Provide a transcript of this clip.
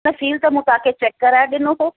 न सील त मूं तव्हांखे चैक कराए ॾिनो हो